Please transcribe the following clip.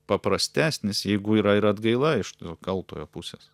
paprastesnis jeigu yra ir atgaila iš to kaltojo pusės